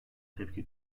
tepki